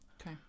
Okay